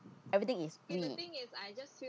everything is we